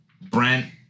Brent